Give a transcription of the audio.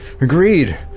Agreed